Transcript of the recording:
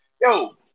yo